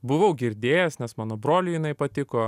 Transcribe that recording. buvau girdėjęs nes mano broliui jinai patiko